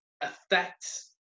affects